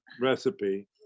recipe